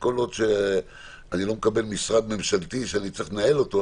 כל עוד שאני לא מקבל משרד ממשלתי שאני צריך לנהל אותו,